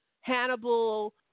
Hannibal